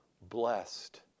Blessed